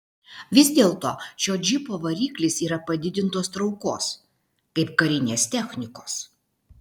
vis dėlto šio džipo variklis yra padidintos traukos kaip karinės technikos